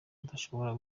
udashobora